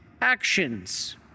actions